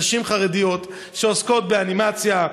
נשים חרדיות שעוסקות באנימציה,